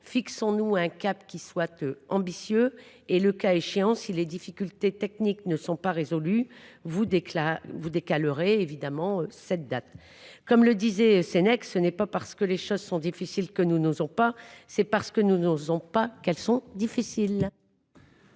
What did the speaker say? fixons nous un cap qui soit ambitieux ! Le cas échéant, si les difficultés techniques ne sont pas résolues, la date pourra être alors décalée. Comme le disait Sénèque, « ce n’est pas parce que les choses sont difficiles que nous n’osons pas, c’est parce que nous n’osons pas qu’elles sont difficiles